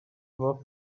were